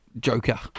joker